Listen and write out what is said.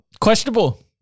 Questionable